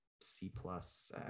C-plus